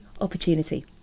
opportunity